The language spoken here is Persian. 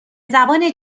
زبان